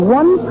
one